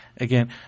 again